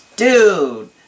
Dude